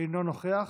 אינו נוכח,